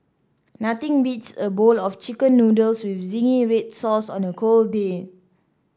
nothing beats a bowl of chicken noodles with zingy red sauce on a cold day